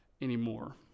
anymore